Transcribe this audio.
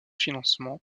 financements